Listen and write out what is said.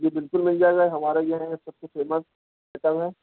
جی بالکل مل جائے گا ہمارا یہاں سب سے فیمس آئٹم ہے